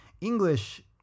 English